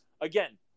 again